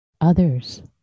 others